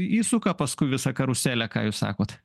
įsuka paskui visą karuselę ką jūs sakot